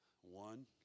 one